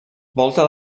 volta